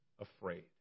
afraid